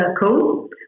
circle